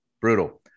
Brutal